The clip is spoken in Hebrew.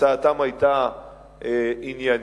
הצעתם היתה עניינית.